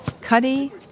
Cuddy